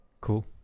Cool